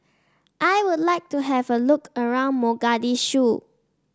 I would like to have a look around Mogadishu